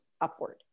upward